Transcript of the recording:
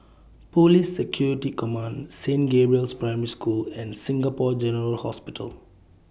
Police Security Command Saint Gabriel's Primary School and Singapore General Hospital